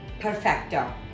Perfecto